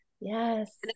yes